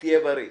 שתהיה בריא.